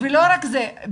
לא רק זה,